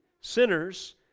sinners